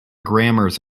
grammars